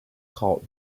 called